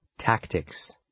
Tactics